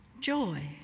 joy